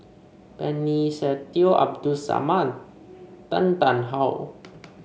Benny Se Teo Abdul Samad Tan Tarn How